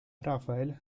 rafael